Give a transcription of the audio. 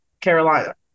Carolina